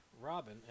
Robin